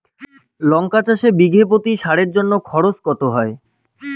লঙ্কা চাষে বিষে প্রতি সারের জন্য খরচ কত হয়?